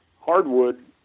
hardwood